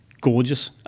gorgeous